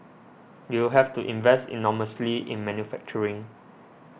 you have to invest enormously in manufacturing